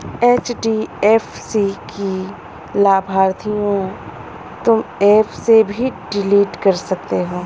HDFC की लाभार्थियों तुम एप से भी डिलीट कर सकते हो